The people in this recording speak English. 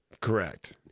Correct